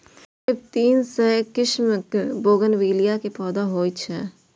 करीब तीन सय किस्मक बोगनवेलिया के पौधा होइ छै